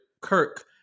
Kirk